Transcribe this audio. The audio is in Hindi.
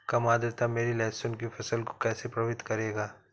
कम आर्द्रता मेरी लहसुन की फसल को कैसे प्रभावित करेगा?